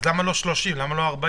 אם כן, למה לא 30, למה לא 40?